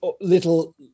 little